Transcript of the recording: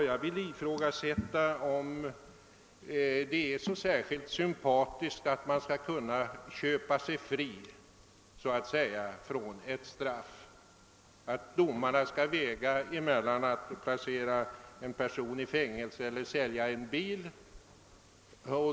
Jag vill ifrågasätta, om det är särskilt sympatiskt att så att säga låta någon köpa sig fri från ett straff, att domarna skulle kunna väga mellan att sätta en person i fängelse och att sälja en bil.